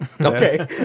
Okay